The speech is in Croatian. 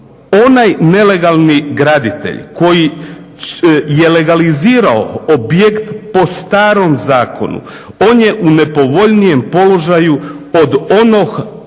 Onaj nelegalni graditelj koji je legalizirao objekt po starom zakonu, on je u nepovoljnijem položaju od onog